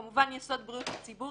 כמובן, יסוד בריאות הציבור.